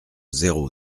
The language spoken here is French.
zéro